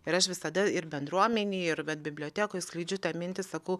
ir aš visada ir bendruomenėj ir vat bibliotekoj skleidžiu tą mintį sakau